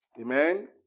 Amen